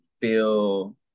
feel